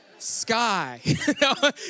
sky